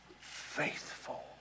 faithful